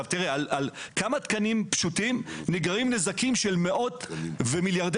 על כמה תקנים פשוטים נגרמים נזקים של מאות ומיליארדי